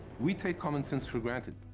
we take common sense for granted.